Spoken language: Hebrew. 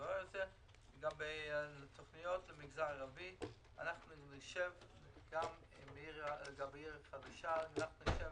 לגבי תוכניות למגזר הערבי ועיר חדשה נשב